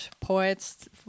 poets